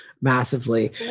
massively